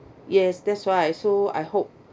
yes that's why so I hope